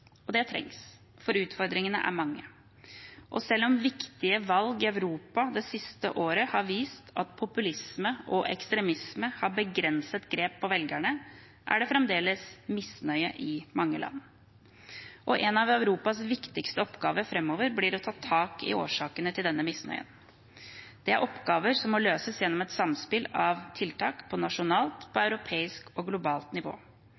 Det trengs, for utfordringene er mange. Og selv om viktige valg i Europa det siste året har vist at populisme og ekstremisme har begrenset grep på velgerne, er det fremdeles misnøye i mange land. En av Europas viktigste oppgaver framover blir å ta tak i årsakene til denne misnøyen. Det er oppgaver som må løses gjennom et samspill av tiltak på nasjonalt, europeisk og globalt nivå.